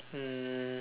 um